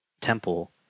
temple